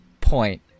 point